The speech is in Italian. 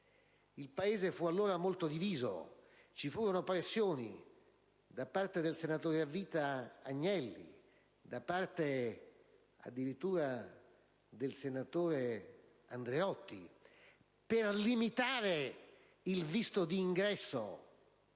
Il Paese fu allora molto diviso; ci furono pressioni da parte del senatore a vita Agnelli e, addirittura, da parte del senatore Andreotti per limitare il visto di ingresso